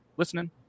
Listening